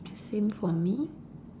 same for me